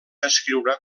descriure